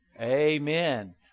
Amen